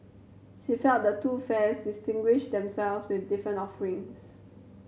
she felt the two fairs distinguished themselves with different offerings